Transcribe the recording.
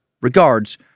Regards